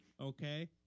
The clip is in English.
okay